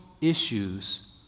issues